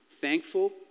thankful